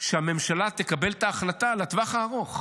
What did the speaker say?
שהממשלה תקבל את ההחלטה לטווח הארוך,